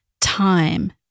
time